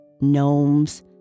gnomes